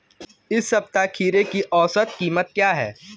इस सप्ताह खीरे की औसत कीमत क्या है?